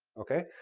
okay?